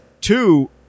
two